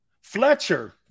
Fletcher